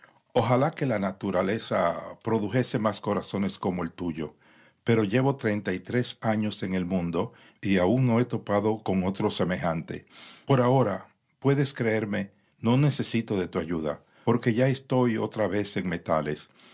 ojalá que la naturaleza pro dujese más corazones como el tuyo pero llevo i treinta y tres años en el mundo y aun no he to i pado con otro semejante por ahora puedes creerme no necesito de tu ayuda porque ya estoy otra vez en metales